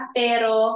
pero